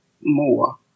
more